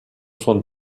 son